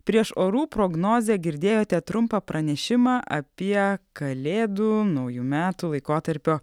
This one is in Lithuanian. prieš orų prognozę girdėjote trumpą pranešimą apie kalėdų naujų metų laikotarpio